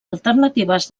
alternatives